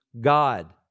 God